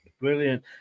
Brilliant